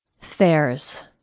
Fairs